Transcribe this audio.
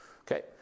Okay